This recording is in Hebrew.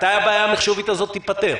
מתי הבעיה המחשובית הזאת תיפתר?